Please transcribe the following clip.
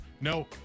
no